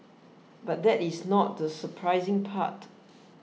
but that is not the surprising part